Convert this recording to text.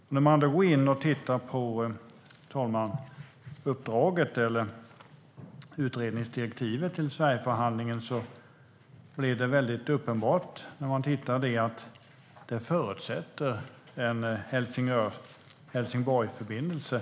För den som går in och tittar på uppdraget eller utredningsdirektivet till Sverigeförhandlingen, fru talman, blir det uppenbart att det förutsätter en Helsingör-Helsingborg-förbindelse.